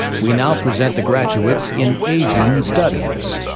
we now present the graduates in asian studies.